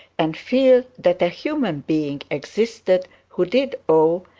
and feel that a human being existed who did owe,